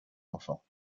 enfants